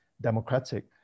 democratic